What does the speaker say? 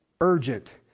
urgent